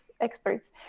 experts